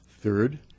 Third